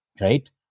right